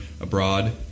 abroad